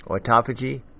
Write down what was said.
autophagy